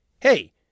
Hey